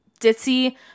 ditzy